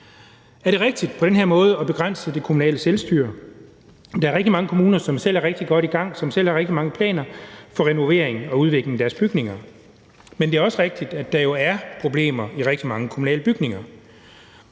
på den her måde at begrænse det kommunale selvstyre? Der er rigtig mange kommuner, som selv er rigtig godt i gang og selv har rigtig mange planer for renovering og udvikling af deres bygninger. Men det er også rigtigt, at der jo er problemer i rigtig mange kommunale bygninger.